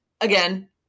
again